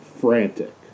Frantic